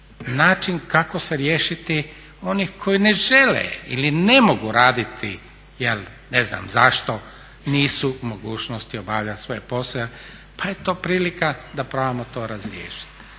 način kako se riješiti onih koji ne žele ili ne mogu raditi jer ne znam zašto nisu u mogućnosti obavljati svoj posao pa je to prilika da probamo to razriješiti